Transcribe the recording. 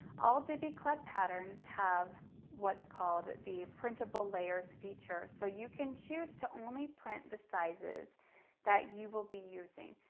all diby club patterns have what's called the printable layers feature. so you can choose to only print the sizes that you will be using.